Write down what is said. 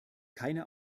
keine